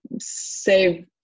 say